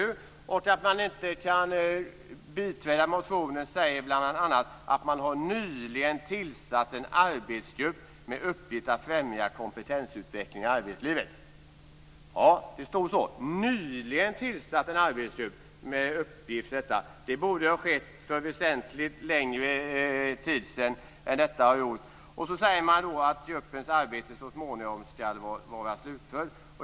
Som utskottets motivering för att det inte kan biträda motionen sägs bl.a. att man nyligen har tillsatt en arbetsgrupp med uppgift att främja kompetensutveckling i arbetslivet. Det står att man nyligen har tillsatt en arbetsgrupp med denna uppgift. Det borde ha skett för väsentligt längre tid sedan än vad man har gjort. Det sägs också att gruppens arbete så småningom skall vara slutfört.